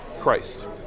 Christ